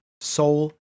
soul